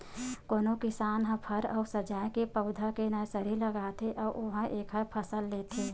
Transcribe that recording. कोनो किसान ह फर अउ सजाए के पउधा के नरसरी लगाथे अउ उहां एखर फसल लेथे